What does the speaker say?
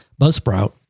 Buzzsprout